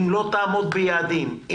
אם לא תעמוד ביעדים,